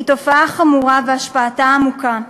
היא תופעה חמורה והשפעתה עמוקה.